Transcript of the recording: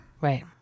Right